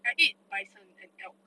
I ate bison and elk